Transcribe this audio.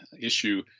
issue